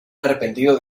arrepentido